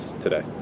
today